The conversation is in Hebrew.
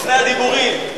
לפני הדיבורים,